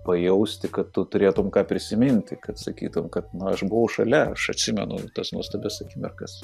pajausti kad tu turėtum ką prisiminti kad sakytum kad na aš buvau šalia aš atsimenu tas nuostabias akimirkas